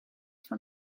voor